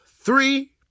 three